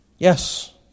Yes